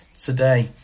today